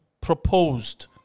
proposed